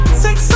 six